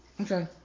Okay